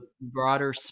broader